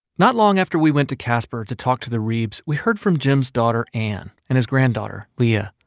not long after we went to casper to talk to the reebs, we heard from jim's daughter, anne, and his granddaughter, leah.